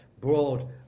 broad